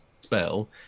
spell